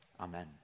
amen